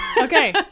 Okay